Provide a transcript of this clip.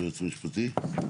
היועץ המשפטי?